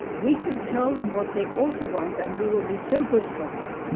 we can tell them what they ought to want and we will be so good for them.